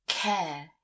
care